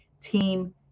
team